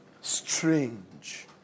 strange